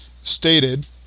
stated